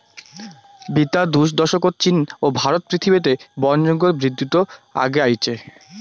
বিতা দুই দশকত চীন ও ভারত পৃথিবীত বনজঙ্গল বিদ্ধিত আগে আইচে